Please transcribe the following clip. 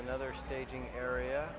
another staging area